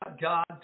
God